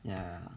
ya